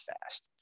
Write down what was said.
fast